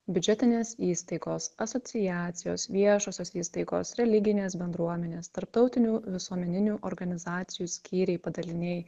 biudžetinės įstaigos asociacijos viešosios įstaigos religinės bendruomenės tarptautinių visuomeninių organizacijų skyriai padaliniai